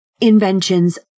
inventions